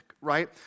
right